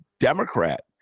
Democrat